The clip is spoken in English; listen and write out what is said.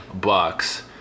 Bucks